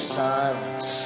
silence